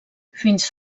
fins